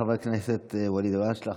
תודה רבה לחבר הכנסת ואליד אלהואשלה.